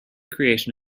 creation